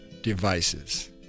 devices